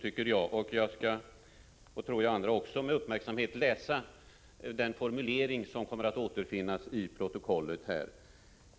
Jag skall, och andra också tror jag, med uppmärksamhet läsa den formulering som kommer att återfinnas i protokollet här.